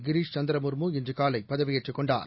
கிரீஷ் சந்திரமுர்மு இன்றுகாலைபதவியேற்றுக் கொண்டார்